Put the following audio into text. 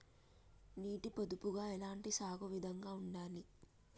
నీటి పొదుపుగా ఎలాంటి సాగు విధంగా ఉండాలి?